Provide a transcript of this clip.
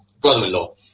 brother-in-law